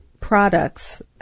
products